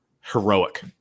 heroic